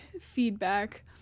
feedback